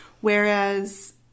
Whereas